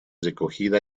recogida